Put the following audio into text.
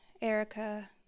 Erica